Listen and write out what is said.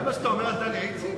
זה מה שאתה אומר על דליה איציק?